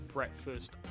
Breakfast